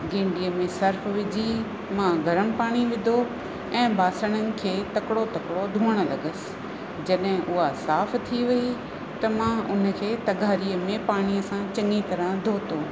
गेंडीअ में सर्फ़ विझी मां गर्म पाणी विधो ऐं ॿासणनि खे तकिड़ो तकिड़ो धुअण लॻियसि जॾहिं उहा साफ़ थी वई त मां उन खे तग़ारीअ में पाणीअ सां चङी तरह धोतो